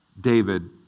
David